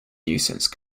nuisance